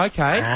Okay